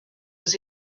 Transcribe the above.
was